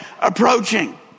approaching